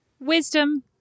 Wisdom